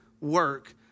work